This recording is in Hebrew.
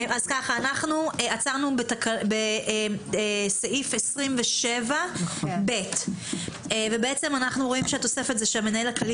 אנחנו עצרנו בסעיף 27(ב) ובעצם אנחנו שהתוספת היא ש"המנהל הכללי